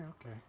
Okay